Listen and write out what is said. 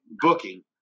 booking